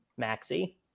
Maxi